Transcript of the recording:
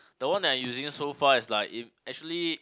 the one that I using so far is like it actually